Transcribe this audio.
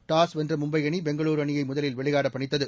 toss வென்ற மும்பை அணி பெங்களூரு அணியை முதலில் விளையாட பணித்தது